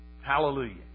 Hallelujah